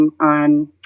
on